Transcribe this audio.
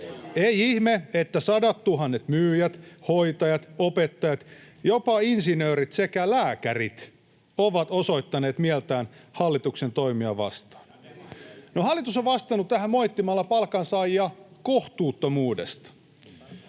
Ei ihme, että sadattuhannet myyjät, hoitajat, opettajat, jopa insinöörit sekä lääkärit ovat osoittaneet mieltään hallituksen toimia vastaan. [Perussuomalaisten ryhmästä: Ja demarit!] No, hallitus on moittinut palkansaajia kohtuuttomuudesta.